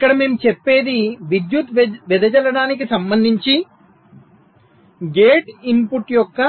ఇక్కడ మేము చెప్పేది విద్యుత్ వెదజల్లడానికి సంబంధించి గేట్ ఇన్పుట్ యొక్క